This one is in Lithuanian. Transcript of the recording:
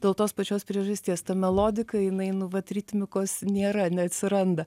dėl tos pačios priežasties ta melodika jinai nu vat ritmikos nėra neatsiranda